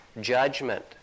judgment